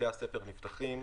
בתי הספר נפתחים,